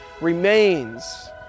remains